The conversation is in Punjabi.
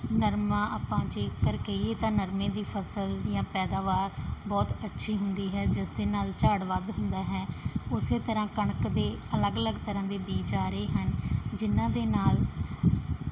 ਨਰਮਾ ਆਪਾਂ ਜੇਕਰ ਕਹੀਏ ਤਾਂ ਨਰਮੇ ਦੀ ਫਸਲ ਜਾਂ ਪੈਦਾਵਾਰ ਬਹੁਤ ਅੱਛੀ ਹੁੰਦੀ ਹੈ ਜਿਸ ਦੇ ਨਾਲ ਝਾੜ ਵੱਧ ਹੁੰਦਾ ਹੈ ਉਸੇ ਤਰ੍ਹਾਂ ਕਣਕ ਦੇ ਅਲੱਗ ਅਲੱਗ ਤਰ੍ਹਾਂ ਦੇ ਬੀਜ ਆ ਰਹੇ ਹਨ ਜਿਹਨਾਂ ਦੇ ਨਾਲ